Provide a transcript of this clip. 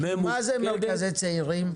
מיה זה מרכזי צעירים?